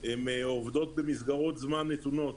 עובדות במסגרות זמן נתונות.